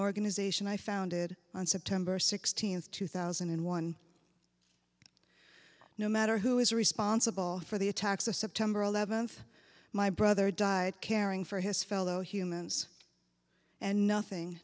organization i founded on september sixteenth two thousand and one no matter who is responsible for the attacks of september eleventh my brother died caring for his fellow humans and nothing